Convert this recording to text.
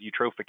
eutrophication